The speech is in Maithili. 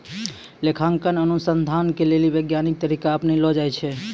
लेखांकन अनुसन्धान के लेली वैज्ञानिक तरीका अपनैलो जाय छै